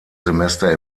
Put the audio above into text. semester